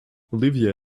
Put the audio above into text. olivia